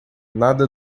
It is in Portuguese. nada